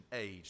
age